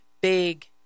big